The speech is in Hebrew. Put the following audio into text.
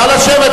נא לשבת,